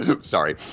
sorry